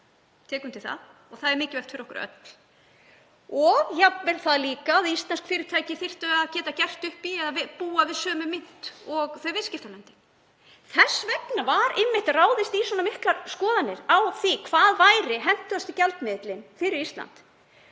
tek undir það og það er mikilvægt fyrir okkur öll, og jafnvel það líka að íslensk fyrirtæki þyrftu að geta gert upp eða búa við sömu mynt og viðskiptalöndin. Þess vegna var einmitt ráðist í svo mikla skoðun á því hvað væri hentugasti gjaldmiðillinn fyrir Ísland.